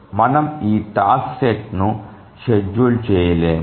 మనము ఈ task set ను షెడ్యూల్ చేయలేము